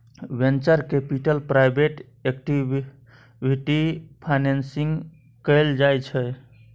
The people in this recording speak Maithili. venture capital private equity financing कएल जाइ छै